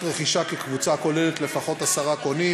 רכישה: קבוצה הכוללת לפחות עשרה קונים,